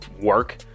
work